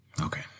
Okay